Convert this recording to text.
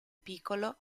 piccolo